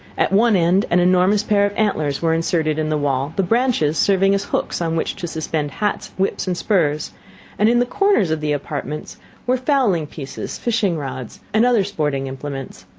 at one end an enormous pair of antlers were inserted in the wall, the branches serving as hooks on which to suspend hats, whips, and spurs and in the corners of the apartment were fowling-pieces, fishing-rods, and other sporting implements.